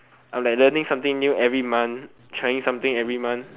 I'm like learning something new every month trying something every month